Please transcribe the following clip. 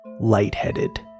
lightheaded